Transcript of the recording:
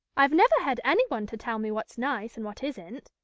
i've never had anyone to tell me what's nice and what isn't.